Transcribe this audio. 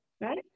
right